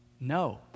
No